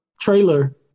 trailer